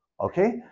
Okay